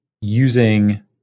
using